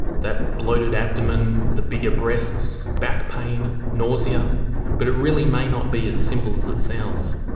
that bloated abdomen, the bigger breasts, back pain, nausea but it really may not be as simple as it sounds.